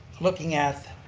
looking at